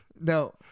No